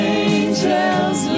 angels